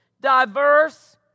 diverse